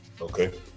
Okay